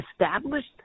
established